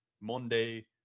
Monday